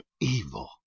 evil